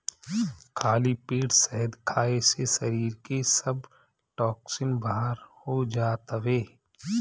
खाली पेट शहद खाए से शरीर के सब टोक्सिन बाहर हो जात हवे